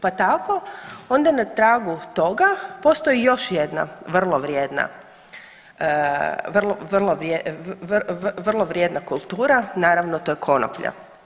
Pa tako onda na tragu toga postoji još jedna vrlo vrijedna, vrlo vrijedna kultura, naravno to je konoplja.